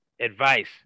advice